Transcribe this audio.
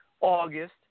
August